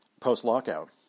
post-lockout